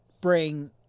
bring